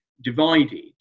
divided